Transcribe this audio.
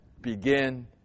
begin